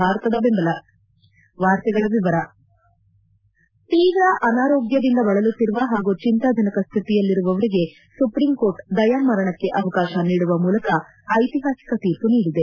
ಭಾರತದ ಬೆಂಬಲ ತೀವ್ರ ಅನಾರೋಗ್ಧದಿಂದ ಬಳಲುತ್ತಿರುವ ಹಾಗೂ ಚಿಂತಾಜನಕ ಸ್ಥಿತಿಯಲ್ಲಿರುವವರಿಗೆ ಸುಪ್ರೀಂ ಕೋರ್ಟ್ ದಯಾ ಮರಣಕ್ಕೆ ಅವಕಾಶ ನೀಡುವ ಮೂಲಕ ಐತಿಹಾಸಿಕ ತೀರ್ಮ ನೀಡಿದೆ